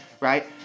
right